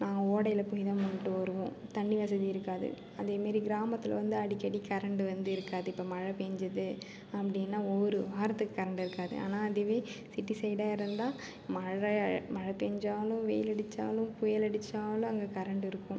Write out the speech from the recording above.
நாங்கள் ஓடையில் போய் தான் மொண்டுகிட்டு வருவோம் தண்ணி வசதி இருக்காது அதே மாரி கிராமத்தில் வந்து அடிக்கடி கரெண்டு வந்து இருக்காது இப்போ மழை பேஞ்சுது அப்டின்னால் ஒரு வாரத்துக்கு கரெண்டு இருக்காது ஆனால் அதுவே சிட்டி சைடாக இருந்தால் மழை மழை பேஞ்சாலும் வெயில் அடித்தாலும் புயல் அடித்தாலும் அங்கே கரெண்டு இருக்கும்